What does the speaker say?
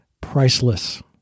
priceless